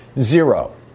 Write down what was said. zero